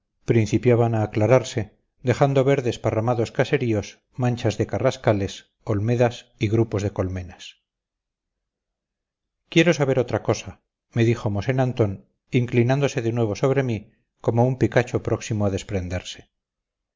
principiaban a aclararse dejando ver desparramados caseríos manchas de carrascales olmedas y grupos de colmenas quiero saber otra cosa me dijo mosén antón inclinándose de nuevo sobre mí como un picacho próximo a desprenderse